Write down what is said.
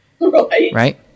Right